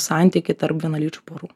santykiai tarp vienalyčių porų